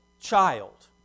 child